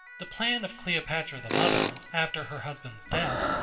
the plan of cleopatra the mother, after her husband's death,